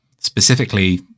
specifically